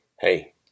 Hey